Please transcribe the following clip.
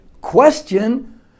Question